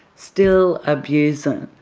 still abusing.